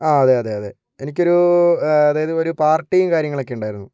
ആ അതെ അതെ അതെ എനിക്കൊരു അതായത് ഒരു പാർട്ടിയും കാര്യങ്ങളൊക്കെ ഉണ്ടായിരുന്നു